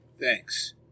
Thanks